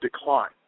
decline